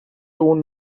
اون